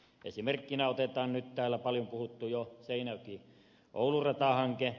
esimerkkinä otetaan nyt täällä paljon puhuttu seinäjokioulu ratahanke